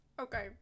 Okay